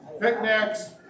picnics